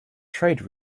trade